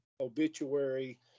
obituary